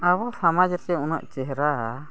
ᱟᱵᱚ ᱥᱚᱢᱟᱡᱽ ᱨᱮᱪᱮ ᱩᱱᱟᱹᱜ ᱪᱮᱦᱨᱟ